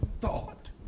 thought